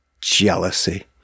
jealousy